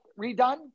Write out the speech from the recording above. redone